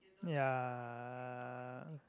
ya